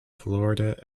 florida